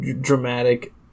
dramatic